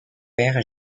père